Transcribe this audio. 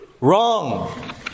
Wrong